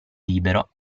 libero